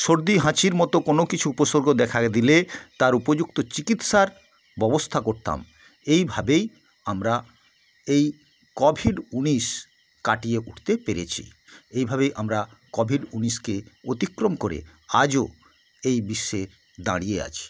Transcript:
সর্দি হাঁচির মতো কোনো কিছু উপসর্গ দেখা দিলে তার উপযুক্ত চিকিৎসার ববস্থা করতাম এইভাবেই আমরা এই কভিড উনিশ কাটিয়ে উটতে পেরেছি এইভাবেই আমরা কভিড উনিশকে অতিক্রম করে আজও এই বিশ্বে দাঁড়িয়ে আছি